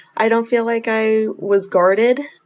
i don't feel like i was guarded.